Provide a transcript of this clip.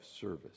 service